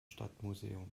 stadtmuseum